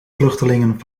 vluchtelingen